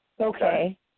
Okay